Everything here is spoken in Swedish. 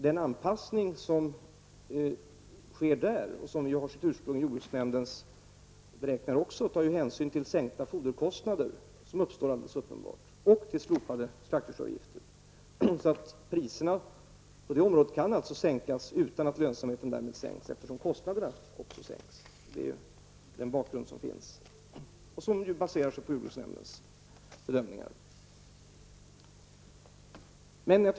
Den anpassning som sker när det gäller köttet har sitt ursprung i jordbruksnämndens beräkningar och tar hänsyn till sänkta foderkostnader och slopade slaktdjursavgifter. Priserna på det området kan således sänkas utan att lönsamheten försämras, eftersom kostnaderna också sänks. Detta är bakgrunden, och den baseras på jordbruksnämndens bedömningar.